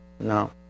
no